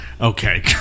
okay